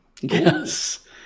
Yes